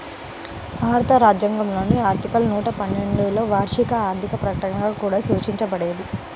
భారత రాజ్యాంగంలోని ఆర్టికల్ నూట పన్నెండులోవార్షిక ఆర్థిక ప్రకటనగా కూడా సూచించబడేది